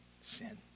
sin